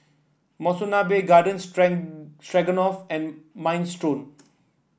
Monsunabe Garden Stroganoff and Minestrone